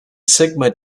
sigma